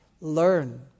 Learn